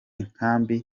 nkambi